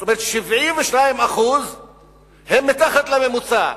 זאת אומרת, 72% הם מתחת לממוצע.